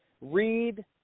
read